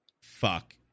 fuck